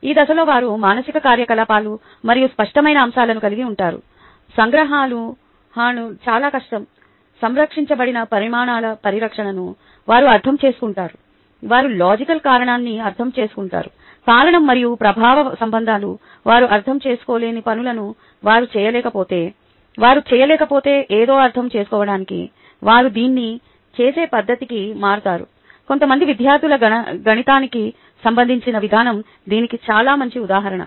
ఈ దశలో వారు మానసిక కార్యకలాపాలు మరియు స్పష్టమైన అంశాలను కలిగి ఉంటారు సంగ్రహణలు చాలా కష్టం సంరక్షించబడిన పరిమాణాల పరిరక్షణను వారు అర్థం చేసుకుంటారు వారు లాజికల్ కారణాన్ని అర్థం చేసుకుంటారు కారణం మరియు ప్రభావ సంబంధాలు వారు అర్థం చేసుకోలేని పనులను వారు చేయలేకపోతే వారు చేయలేకపోతే ఏదో అర్థం చేసుకోవడానికి వారు దీన్ని చేసే పద్దతికి మారుతారు కొంతమంది విద్యార్థుల గణితానికి సంబంధించిన విధానం దీనికి చాలా మంచి ఉదాహరణ